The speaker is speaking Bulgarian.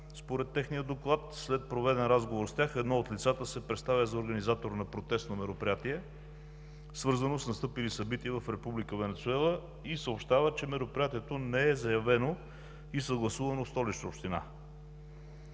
според техния доклад. След проведен разговор с тях едно от лицата се представя за организатор на протестното мероприятие, свързано с настъпили събития в Република Венецуела и съобщават, че мероприятието не е заявено и съгласувано в Столична община.